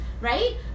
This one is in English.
Right